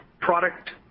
product